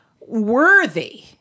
worthy